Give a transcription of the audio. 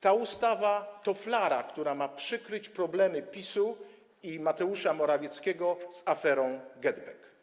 Ta ustawa to flara, która ma przykryć problemy PiS-u i Mateusza Morawieckiego z aferą GetBack.